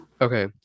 Okay